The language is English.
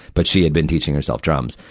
but she had been teaching herself drums.